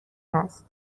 هست